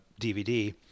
DVD